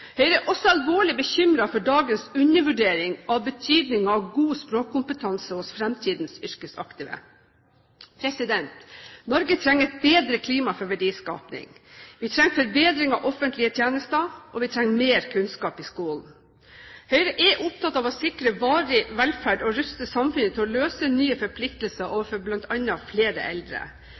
Høyre er også alvorlig bekymret for dagens undervurdering av betydningen av god språkkompetanse hos fremtidens yrkesaktive. Norge trenger et bedre klima for verdiskaping, vi trenger forbedring av offentlige tjenester, og vi trenger mer kunnskap i skolen. Høyre er opptatt av å sikre varig velferd og ruste samfunnet til å løse nye forpliktelser overfor bl.a. flere eldre.